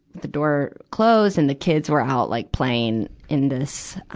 the door closed, and the kids were out like playing in this,